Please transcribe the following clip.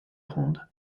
ronde